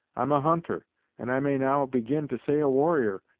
i'm a hunter and i may now begin to say a warrior,